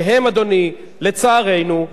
והם, לצערנו,